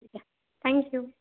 ठीक आहे थँक्यू